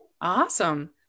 Awesome